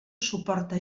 suporta